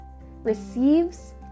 receives